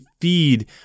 feed